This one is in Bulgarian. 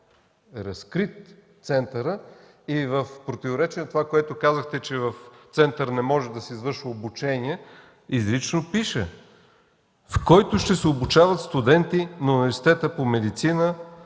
– София. В противоречие на това, което казахте – че в центъра не може да се извършва обучение, изрично пише: „в който ще се обучават студенти на Университета по медицина,